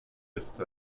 ist